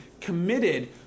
committed